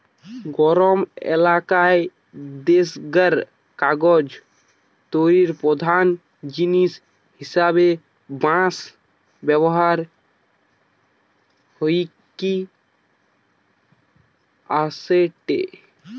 গরম এলাকার দেশগায় কাগজ তৈরির প্রধান জিনিস হিসাবে বাঁশ ব্যবহার হইকি আসেটে